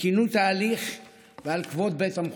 לתקינות ההליך ולכבוד בית המחוקקים,